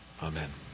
Amen